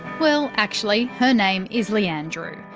well actually her name is leanne drew.